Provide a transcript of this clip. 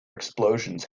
explosions